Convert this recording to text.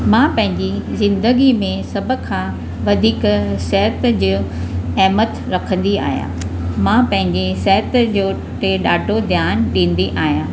मां पंहिंजी ज़िन्दगी में सभु खां वधीक सिहत जो अहिमियत रखंदी आहियां मां पंहिंजे सिहत जो ते ॾाढो ध्यानु ॾींदी आहियां